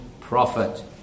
prophet